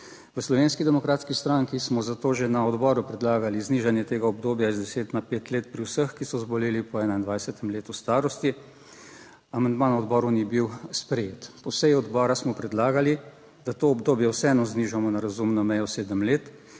V Slovenski demokratski stranki smo zato že na odboru predlagali znižanje tega obdobja iz deset na pet let pri vseh, ki so zboleli po 21. letu starosti. Amandma na odboru ni bil sprejet. Po seji odbora smo predlagali, da to obdobje vseeno znižamo na razumno mejo sedem